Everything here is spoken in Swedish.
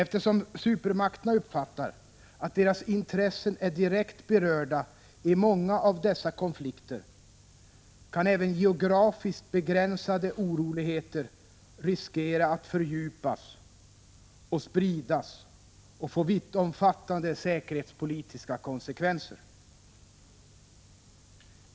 Eftersom supermakterna uppfattar att deras intressen är direkt berörda i många av dessa konflikter, kan även geografiskt begränsade oroligheter riskera att fördjupas och spridas och få vittomfattande säkerhetspolitiska konsekvenser.